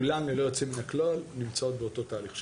כולן ללא יוצא מן הכלל נמצאות באותו תהליך שציינו.